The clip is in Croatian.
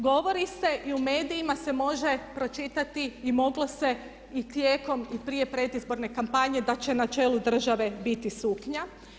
Govori se i u medijima se može pročitati i moglo se i tijekom i prije predizborne kampanje da će na čelu države biti suknja.